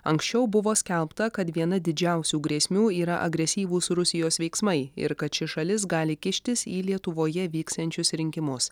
anksčiau buvo skelbta kad viena didžiausių grėsmių yra agresyvūs rusijos veiksmai ir kad ši šalis gali kištis į lietuvoje vyksiančius rinkimus